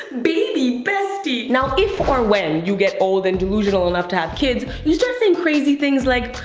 baby bestie. now if or when you get old and delusional enough to have kids, you start saying crazy things like,